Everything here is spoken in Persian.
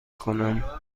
کنم